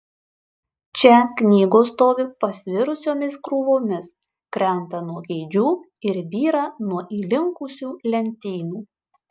čia knygos stovi pasvirusiomis krūvomis krenta nuo kėdžių ir byra nuo įlinkusių lentynų